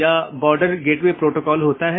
BGP एक बाहरी gateway protocol है